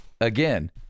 again